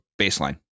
baseline